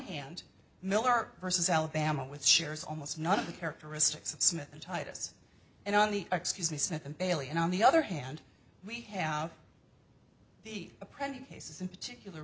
hand miller versus alabama with shares almost none of the characteristics of smith and titus and on the excuse me second bailey and on the other hand we have the apprentice cases in particular